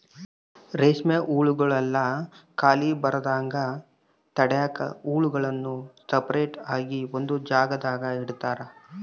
ರೇಷ್ಮೆ ಹುಳುಗುಳ್ಗೆ ಖಾಲಿ ಬರದಂಗ ತಡ್ಯಾಕ ಹುಳುಗುಳ್ನ ಸಪರೇಟ್ ಆಗಿ ಒಂದು ಜಾಗದಾಗ ಇಡುತಾರ